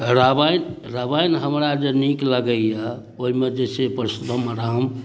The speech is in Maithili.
रामायण रामायण हमरा जे नीक लगैए ओहिमे जे छै पुरुषोत्तम राम